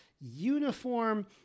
uniform